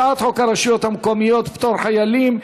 הצעת חוק הרשויות המקומיות (פטור חיילים,